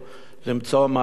למצוא מענה,